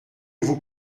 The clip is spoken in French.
vous